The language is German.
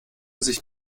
sich